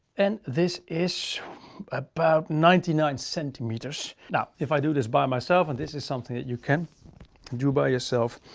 and this is about ninety nine centimeters. now, if i do this by myself, and this is something that you can do by yourself,